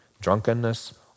drunkenness